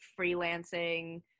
freelancing